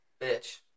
bitch